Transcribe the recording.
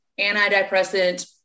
antidepressant